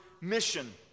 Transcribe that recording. mission